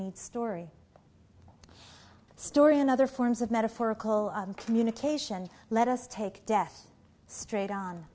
need story story and other forms of metaphorical out of communication let us take death straight on